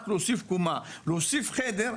רק להוסיף קומה או להוסיף חדר,